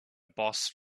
boss